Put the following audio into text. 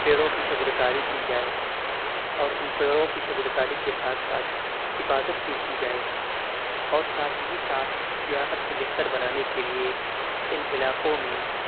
پیڑوں کی شجرکاری کی جائے اور اُن پیڑوں کی شجرکاری کے ساتھ ساتھ حفاظت بھی کی جائے اور ساتھ ہی ساتھ سیاحت کو بہتر بنانے کے لیے اِن علاقوں میں